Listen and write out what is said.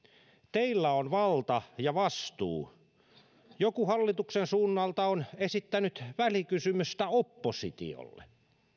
teillä on valta ja vastuu joku hallituksen suunnalta on esittänyt välikysymystä oppositiolle